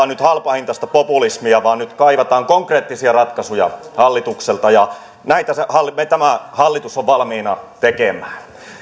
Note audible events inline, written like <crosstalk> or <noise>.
<unintelligible> nyt halpahintaista populismia vaan nyt kaivataan konkreettisia ratkaisuja hallitukselta ja näitä tämä hallitus on valmiina tekemään